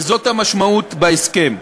וזו משמעות ההסכם.